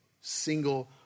single